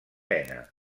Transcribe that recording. mena